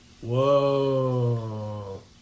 whoa